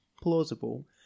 plausible